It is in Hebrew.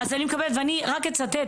רק אצטט,